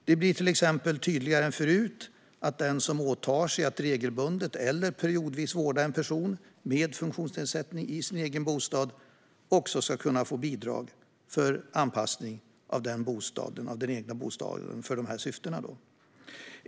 Det blir till exempel tydligare än förut att den som åtar sig att regelbundet eller periodvis vårda en person med funktionsnedsättning i sin egen bostad också ska kunna få bidrag för anpassning av den egna bostaden för detta syfte.